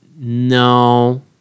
No